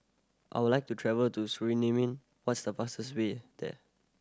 I would like to travel to Suriname what's the fastest way there